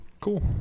Cool